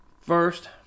first